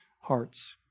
hearts